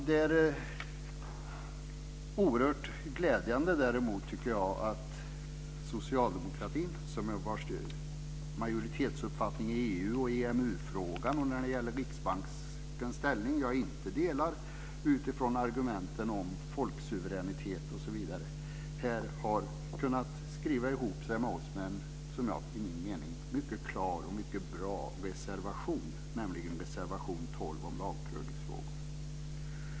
Det är oerhört glädjande att socialdemokratin - vars majoritetsuppfattning i EU och EMU-frågan och när det gäller Riksbankens ställning jag inte delar utifrån argumenten om folksuveränitet osv. - här har kunnat skriva ihop sig med oss med en, i min mening, mycket klar och bra reservation, nämligen reservation 12 om lagprövningsfrågor.